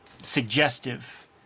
suggestive